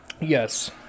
Yes